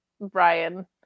Brian